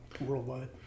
worldwide